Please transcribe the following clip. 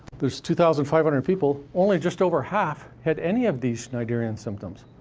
there's two thousand five hundred people, only just over half had any of these schneiderian symptoms,